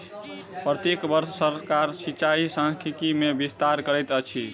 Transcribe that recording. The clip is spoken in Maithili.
प्रत्येक वर्ष सरकार सिचाई सांख्यिकी मे विस्तार करैत अछि